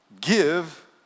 Give